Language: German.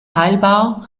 heilbar